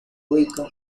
ubica